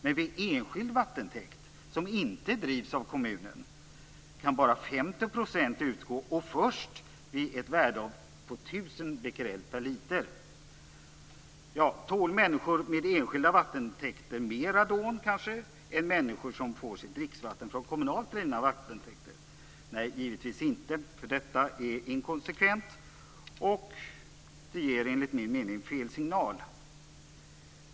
Men vid enskild vattentäkt, som inte drivs av kommunen, kan bidrag utgå med bara 50 % och först vid ett värde på 1 000 becquerel per liter. Tål kanske människor med enskilda vattentäkter mer radon än människor som får sitt dricksvatten från kommunalt drivna vattentäkter? Nej, givetvis inte, för detta är inkonsekvent och ger, enligt min mening, fel signal.